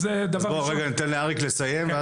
בואו ניתן לאריק לסיים.